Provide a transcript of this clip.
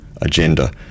agenda